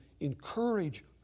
encourage